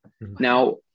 Now